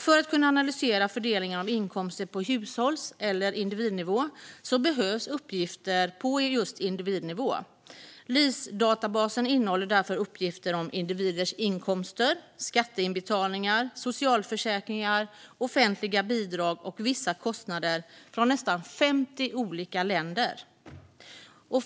För att kunna analysera fördelningen av inkomster på hushålls eller individnivå behövs uppgifter på just individnivå. LIS-databasen innehåller därför uppgifter om individers inkomster, skatteinbetalningar, socialförsäkringar, offentliga bidrag och vissa kostnader från närmare 50 länder.